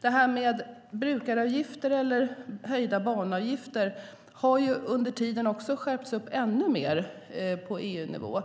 Det här med brukaravgifter eller höjda banavgifter har under tiden också skärpts ännu mer på EU-nivå.